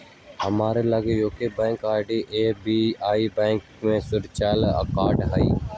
हमरा लग यूको बैंक आऽ एस.बी.आई बैंक के वर्चुअल कार्ड हइ